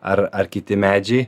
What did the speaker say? ar ar kiti medžiai